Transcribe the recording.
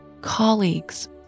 colleagues